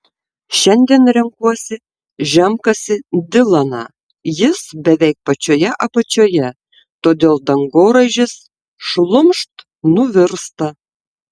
šiandien renkuosi žemkasį dilaną jis beveik pačioje apačioje todėl dangoraižis šlumšt nuvirsta